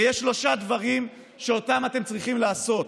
ויש שלושה דברים שאותם אתם צריכים לעשות: